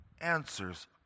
answers